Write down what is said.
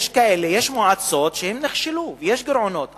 יש מועצות שנכשלו ויש גירעונות,